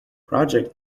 project